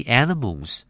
animals